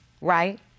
Right